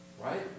Right